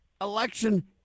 election